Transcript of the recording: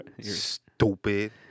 Stupid